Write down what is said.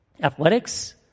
athletics